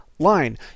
Line